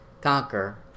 conquer